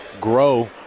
grow